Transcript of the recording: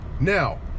Now